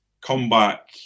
comeback